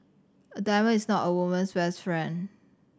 a diamond is not a woman's best friend